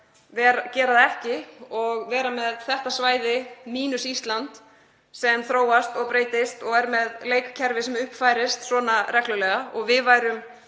að gera það ekki og vera með þetta svæði, mínus Ísland, sem þróast og breytist og er með leikkerfi sem uppfærist svona reglulega og við værum